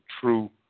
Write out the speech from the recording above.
true